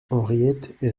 henriette